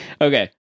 Okay